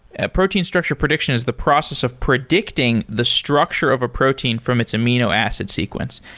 ah protein structure prediction is the process of predicting the structure of a protein from its amino acid sequence.